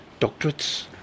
doctorates